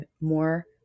more